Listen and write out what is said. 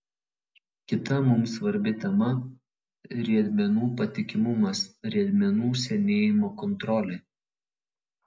kita mums svarbi tema riedmenų patikimumas riedmenų senėjimo kontrolė